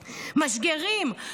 משגרים,